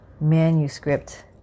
manuscript